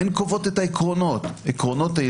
הן קובעות את עקרונות היסוד